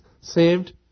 saved